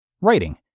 Writing